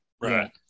Right